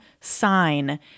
sign